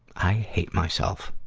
i hate myself.